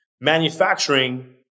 manufacturing